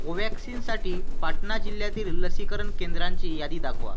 कोवॅक्सिनसाठी पाटणा जिल्ह्यातील लसीकरण केंद्रांची यादी दाखवा